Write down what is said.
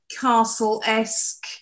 castle-esque